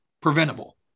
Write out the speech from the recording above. preventable